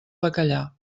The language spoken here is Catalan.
bacallà